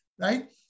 right